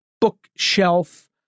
bookshelf